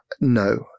No